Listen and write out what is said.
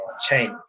change